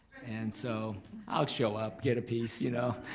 and so i'll show up, get a piece, you know.